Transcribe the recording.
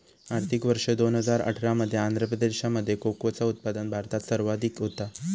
आर्थिक वर्ष दोन हजार अठरा मध्ये आंध्र प्रदेशामध्ये कोकोचा उत्पादन भारतात सर्वाधिक होता